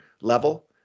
level